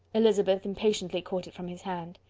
elizabeth impatiently caught it from his hand.